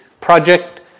project